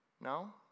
No